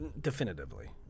Definitively